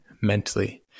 mentally